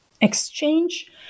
exchange